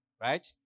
Right